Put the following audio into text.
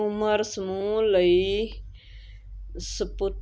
ਉਮਰ ਸਮੂਹ ਲਈ ਸਪੁਟ